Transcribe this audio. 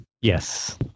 Yes